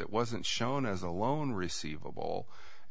it wasn't shown as a loan receivable